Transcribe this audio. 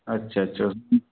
अच्छा अच्छा